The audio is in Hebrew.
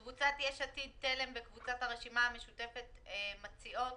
קבוצת יש עתיד תל"ם וקבוצת הרשימה המשותפת מציעות